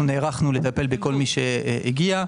נערכנו לטפל בכל מי שהגיע.